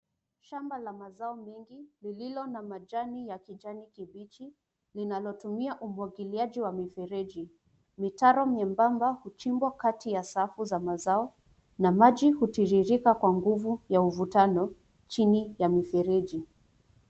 Shamba la mazo mengi lililo na majani ya kijani kibichi linalotumia umwagiliaji wa mifereji, mitaro miembamba huchimbwa kati ya safu za mazao na maji hutirirka kwa nguvu ya mvutano chini ya mifereji.